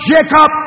Jacob